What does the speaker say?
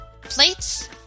plates